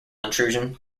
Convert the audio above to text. intrusion